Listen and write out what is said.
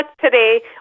today